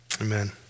Amen